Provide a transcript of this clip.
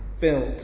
built